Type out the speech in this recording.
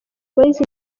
boys